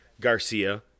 Garcia